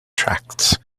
tracts